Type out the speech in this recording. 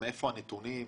מאיפה הנתונים?